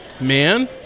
Man